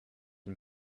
and